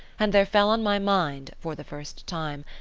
and there fell on my mind, for the first time,